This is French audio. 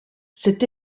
cet